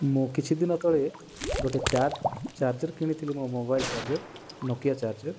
ମୁଁ କିଛି ଦିନ ତଳେ ଗୋଟେ ଚାର୍ଜ ଚାର୍ଜର୍ କିଣିଥିଲି ମୋ ମୋବାଇଲ୍ ଚାର୍ଜର୍ ନୋକିଆ ଚାର୍ଜର୍